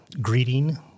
greeting